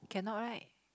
cannot right